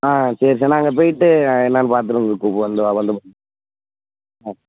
ஆ சரி சார் நான் அங்கே போயிட்டு என்னான்னு பார்த்துட்டு வந்து கூப் இதோ வந்து ஆ